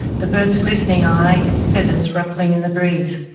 the bird's glistening eye, its feathers ruffling in the breeze.